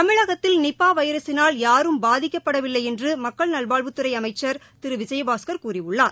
தமிழகத்தில் நிபா வைரஸினால் யாரும் பாதிக்கப்படவில்லை என்று மக்கள் நல்வாழ்வத்துறை அமைச்சர் திரு விஜயபாஸ்கர் கூறியுள்ளார்